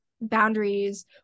boundaries